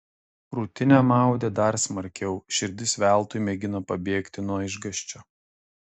krūtinę maudė dar smarkiau širdis veltui mėgino pabėgti nuo išgąsčio